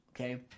okay